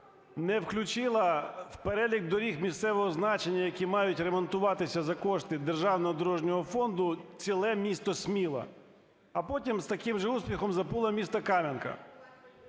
не включила в перелік доріг місцевого значення, які мають ремонтуватися за кошти Державного дорожнього фонду, ціле місто Сміла. А потім з таким же успіхом забула місто Кам'янка.